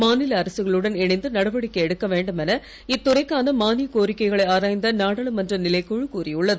மாநில அரசுகளுடன் இணைந்து நடவடிக்கை எடுக்க வேண்டுமென இத்துறைக்கான மானிய கோரிக்கைகளை ஆராய்ந்த நாடாளுமன்ற நிலைக்குழ கூறியுள்ளது